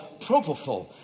propofol